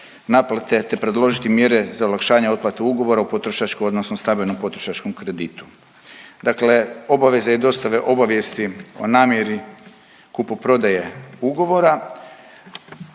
te predložiti mjere za olakšanje otplate ugovora o potrošačkom, odnosno stambenom potrošačkom kreditu. Dakle, obaveze i dostave obavijesti o namjeri kupoprodaje ugovora,